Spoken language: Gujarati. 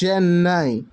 ચેન્નઈ